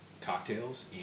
cocktails